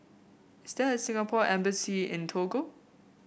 is there a Singapore Embassy in Togo